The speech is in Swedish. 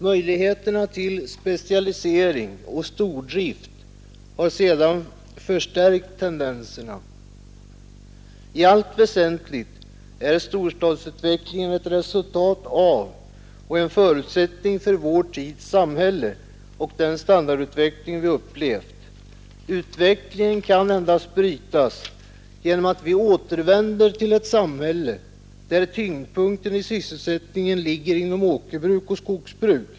Möjligheterna till specialisering och stordrift har sedan förstärkt tendenserna. I allt väsentligt är storstadsutvecklingen ett resultat av och en förutsättning för vår tids samhälle och den standardutveckling vi upplevt. Utvecklingen kan endast brytas genom att vi återvänder till ett samhälle där tyngdpunkten i sysselsättningen ligger inom åkerbruk och skogsbruk.